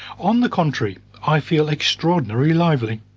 on the contrary, i feel extraordinarily lively.